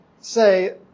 say